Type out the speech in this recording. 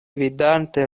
vidante